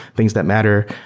things that matter.